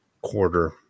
quarter